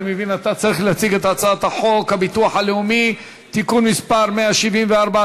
אני מבין שאתה צריך להציג את הצעת חוק הביטוח הלאומי (תיקון מס' 174),